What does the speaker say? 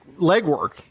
legwork